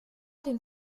dem